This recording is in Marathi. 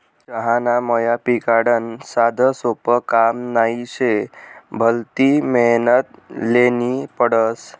चहाना मया पिकाडनं साधंसोपं काम नही शे, भलती मेहनत ल्हेनी पडस